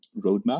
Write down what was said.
roadmap